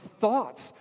thoughts